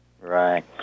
Right